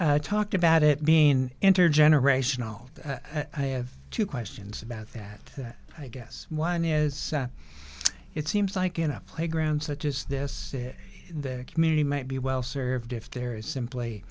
to talk about it being intergenerational i have two questions about that i guess one is it seems like in a playground such as this the community might be well served if there is simply